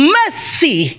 mercy